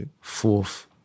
fourth